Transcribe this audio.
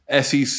SEC